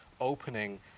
opening